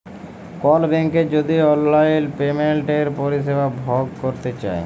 call ব্যাংকের যদি অললাইল পেমেলটের পরিষেবা ভগ ক্যরতে চায়